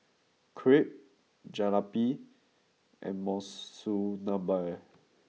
Crepe Jalebi and Monsunabe